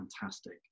fantastic